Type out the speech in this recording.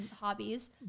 Hobbies